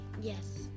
Yes